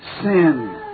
sin